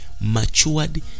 matured